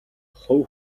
хувь